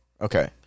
Okay